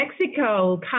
Mexico